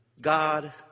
God